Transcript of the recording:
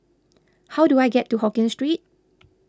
how do I get to Hokkien Street